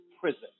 prison